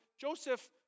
Joseph